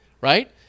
right